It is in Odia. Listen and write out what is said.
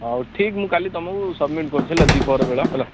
ହେଉ ଠିକ୍ ମୁଁ କାଲି ତମକୁ ସବ୍ମିଟ୍ କରୁଛି ହେଲା ଦ୍ୱି ପ୍ରହର ବେଳା ହେଲା